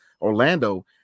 Orlando